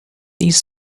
these